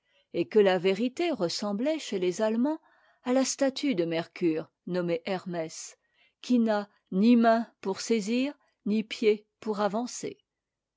et que la vérité ressemblait chez les allemands à la statue de mercure nommée hermès qui n'a ni mains pour saisir ni pieds pour avancer